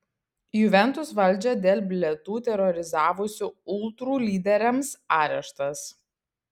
juventus valdžią dėl bilietų terorizavusių ultrų lyderiams areštas